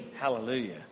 Hallelujah